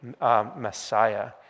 Messiah